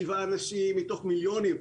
שבעה מקרים מתוך מיליונים.